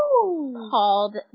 called